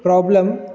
problem